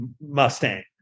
Mustang